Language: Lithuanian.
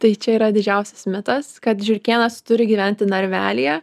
tai čia yra didžiausias mitas kad žiurkėnas turi gyventi narvelyje